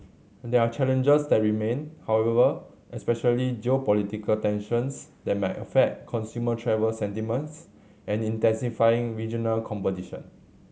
there are challenges that remain however especially geopolitical tensions that might affect consumer travel sentiments and intensifying regional competition